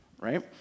Right